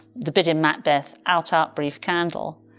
the bit in macbeth, out, out brief candle,